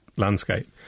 landscape